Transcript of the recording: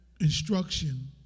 instruction